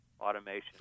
automation